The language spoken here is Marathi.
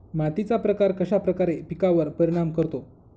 मातीचा प्रकार कश्याप्रकारे पिकांवर परिणाम करतो?